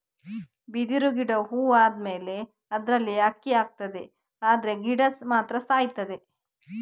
ಬಿದಿರು ಗಿಡ ಹೂ ಆದ್ಮೇಲೆ ಅದ್ರಲ್ಲಿ ಅಕ್ಕಿ ಆಗ್ತದೆ ಆದ್ರೆ ಗಿಡ ಮಾತ್ರ ಸಾಯ್ತದೆ